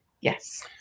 Yes